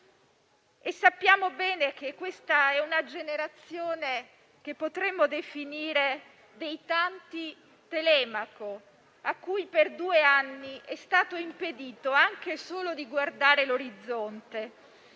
Sappiamo bene che questa è una generazione che potremmo definire dei tanti Telemaco, a cui per due anni è stato impedito anche solo di guardare l'orizzonte,